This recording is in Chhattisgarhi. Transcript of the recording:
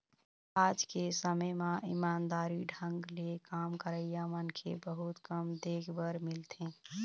आज के समे म ईमानदारी ढंग ले काम करइया मनखे बहुत कम देख बर मिलथें